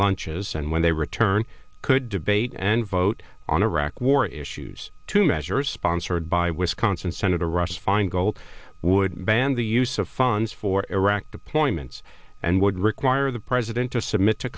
launches and when they return could debate and vote on iraq war issues two measures sponsored by wisconsin senator russ feingold would ban the use of funds for iraq deployments would require the president to submit to